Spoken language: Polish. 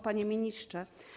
Panie Ministrze!